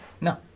No